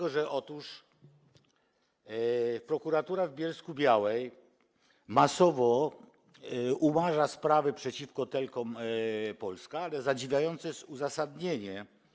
Otóż prokuratura w Bielsku-Białej masowo umarza sprawy przeciwko Telecom Polska, ale zadziwiające jest uzasadnienie.